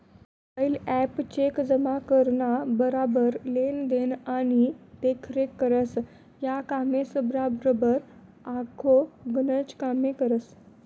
mobile app cheque जमा कराना बराबर लेन देन आणि देखरेख करस, या कामेसबराबर आखो गनच कामे करस